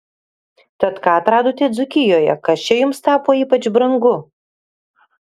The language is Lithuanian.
tad ką atradote dzūkijoje kas čia jums tapo ypač brangu